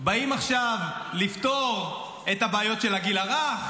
באים עכשיו לפתור את הבעיות של הגיל הרך,